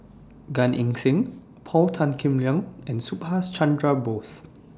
Gan Eng Seng Paul Tan Kim Liang and Subhas Chandra Bose